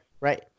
Right